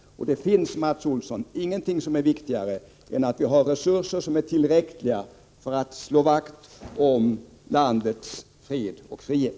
Och, Mats Olsson, det finns ingenting som är viktigare än att vi har resurser som är tillräckliga för att slå vakt om landets fred och frihet.